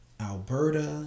Alberta